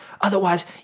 Otherwise